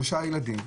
שלושה ילדים,